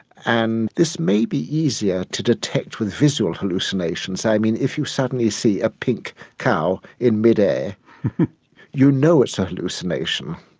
and this may be easier to detect with visual hallucinations. i mean, if you suddenly see a pink cow in mid-air you know it's a hallucination,